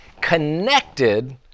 connected